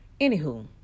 Anywho